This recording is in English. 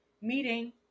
meeting